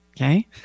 okay